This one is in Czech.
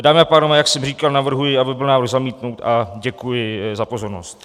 Dámy a pánové, jak jsem říkal, navrhuji, aby byl návrh zamítnut, a děkuji za pozornost.